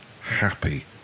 happy